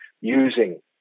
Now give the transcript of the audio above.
using